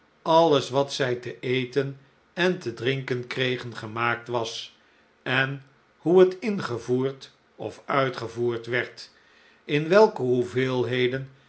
alles wat zij te eten en te drinken kregen gemaakt was en hoe het ingevoerd of uitgevoerd werd in welke